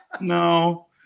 No